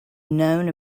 known